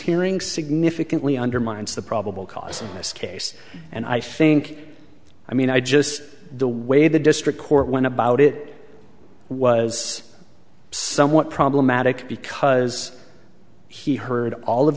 hearing significantly undermines the probable cause in this case and i think i mean i just the way the district court went about it was somewhat problematic because he heard all of